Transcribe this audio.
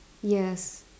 yes